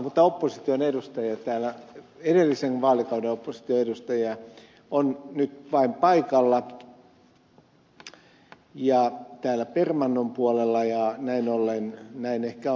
laxellista ihan tarkkaan mutta edellisen vaalikauden opposition edustajia on nyt vain paikalla täällä permannon puolella ja näin ollen näin ehkä on